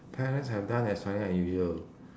parents have done that is fairly unusual